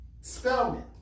Spellman